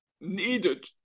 needed